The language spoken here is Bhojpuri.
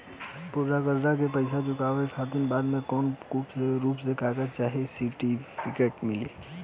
पूरा कर्जा के पईसा चुका देहला के बाद कौनो प्रूफ के रूप में कागज चाहे सर्टिफिकेट मिली?